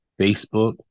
Facebook